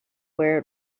where